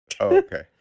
okay